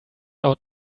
out